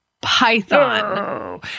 python